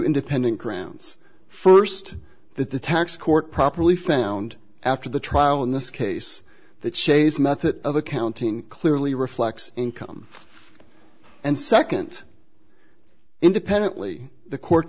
independent grounds first that the tax court properly found after the trial in this case the che's method of accounting clearly reflects income and second independently the court